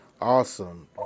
Awesome